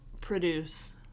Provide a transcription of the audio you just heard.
produce